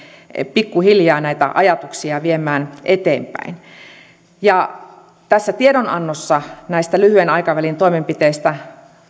pikkuhiljaa näitä ajatuksia viemään eteenpäin tässä tiedonannossa näistä lyhyen aikavälin toimenpiteistä